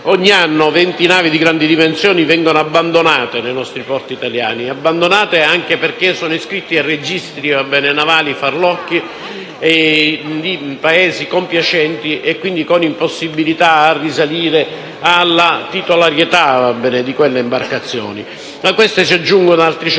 Ogni anno venti navi di grandi dimensioni vengono abbandonate nei porti italiani, anche perché sono iscritte nei registri navali farlocchi di Paesi compiacenti, con l'impossibilità di risalire alla titolarità di quelle imbarcazioni. A queste si aggiungono altri